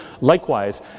Likewise